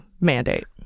mandate